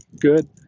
good